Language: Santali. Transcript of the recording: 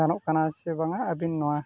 ᱜᱟᱱᱚᱜ ᱠᱟᱱᱟ ᱥᱮ ᱵᱟᱝᱟ ᱟᱹᱵᱤᱱ ᱱᱚᱣᱟ